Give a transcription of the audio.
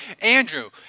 Andrew